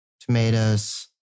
tomatoes